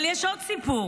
אבל יש עוד סיפור,